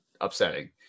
upsetting